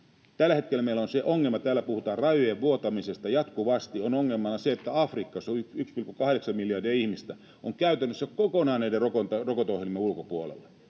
Tällä hetkellä meillä on se ongelma — täällä puhutaan rajojen vuotamisesta jatkuvasti — että Afrikka, jossa on 1,8 miljardia ihmistä, on käytännössä kokonaan näiden rokoteohjelmien ulkopuolella.